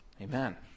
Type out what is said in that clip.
Amen